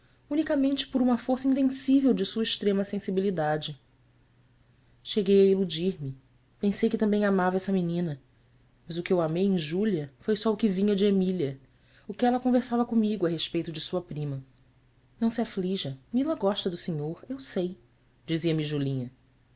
unicamente por uma força invencível de sua extrema sensibilidade cheguei a iludir me pensei que também amava essa menina mas o que eu amei em júlia foi só o que vinha de emília o que ela conversava comigo a respeito de sua prima ão se aflija mila gosta do senhor eu sei dizia-me julinha